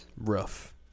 Rough